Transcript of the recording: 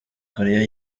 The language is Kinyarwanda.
korea